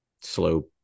slow